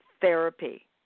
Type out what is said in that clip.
therapy